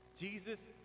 Jesus